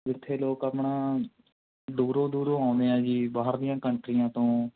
ਜਿੱਥੇ ਲੋਕ ਆਪਣਾ ਦੂਰੋਂ ਦੂਰੋਂ ਆਉਂਦੇ ਆ ਜੀ ਬਾਹਰ ਦੀਆਂ ਕੰਟਰੀਆਂ ਤੋਂ